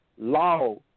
law